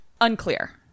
Unclear